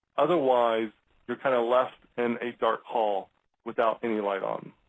otherwise you are kind of left in a dark hall without any light on.